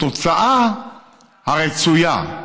התוצאה הרצויה,